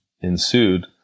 ensued